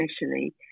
initially